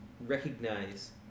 recognize